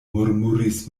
murmuris